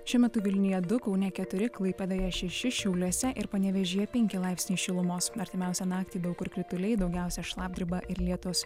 šiuo metu vilniuje du kaune keturi klaipėdoje šeši šiauliuose ir panevėžyje penki laipsniai šilumos artimiausią naktį daug kur krituliai daugiausia šlapdriba ir lietus